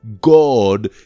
God